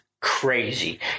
crazy